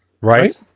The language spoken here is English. right